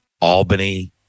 Albany